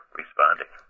responding